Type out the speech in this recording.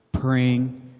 praying